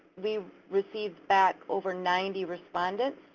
we received back over ninety respondents.